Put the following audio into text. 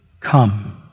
Come